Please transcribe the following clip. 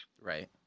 right